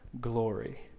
glory